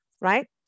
right